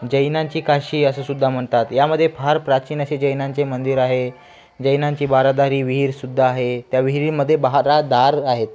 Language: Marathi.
जैनांची काशी असं सुद्धा म्हणतात यामध्ये फार प्राचीन असे जैनांचे मंदिर आहे जैनांची बारादारी विहीरसुद्धा आहे त्या विहिरीमध्ये बारा आहेत